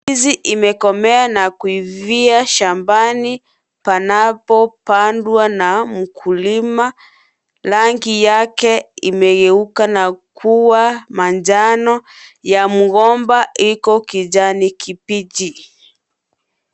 Ndizi imekomaa na kuivia shambani panapo pandwa na ukulima rangi yake imegeuka na kua manjano ya mgomba iko kijani kibichi.